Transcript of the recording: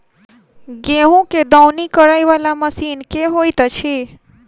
गेंहूँ केँ दौनी करै वला मशीन केँ होइत अछि?